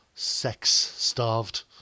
sex-starved